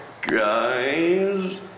guys